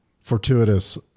fortuitous